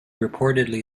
reportedly